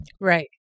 right